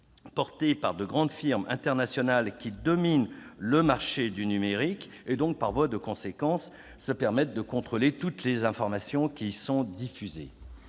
de grandes firmes internationales qui dominent le marché mondial du numérique et, par voie de conséquence, se permettent de contrôler toutes les informations qui y sont diffusées.